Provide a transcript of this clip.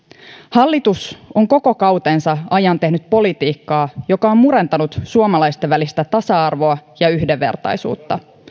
hallitus on koko kautensa ajan tehnyt politiikkaa joka on murentanut suomalaisten välistä tasa arvoa ja yhdenvertaisuutta